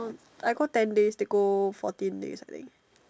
I go ten days they go fourteen days I think